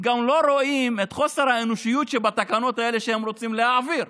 הם גם לא רואים את חוסר האנושיות שבתקנות האלה שהם רוצים להעביר.